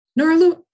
Noralu